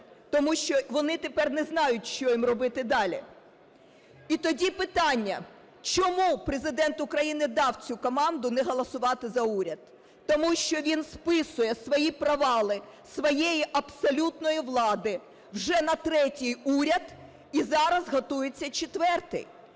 Тому що вони тепер не знають, що їм робити далі. І тоді питання. Чому Президент України дав цю команду не голосувати за уряд? Тому що він списує свої провали своєї абсолютної влади вже на третій уряд і зараз готується четвертий.